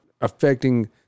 affecting